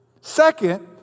Second